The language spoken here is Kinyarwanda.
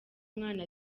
mwana